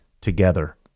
together